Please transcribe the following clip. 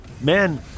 Man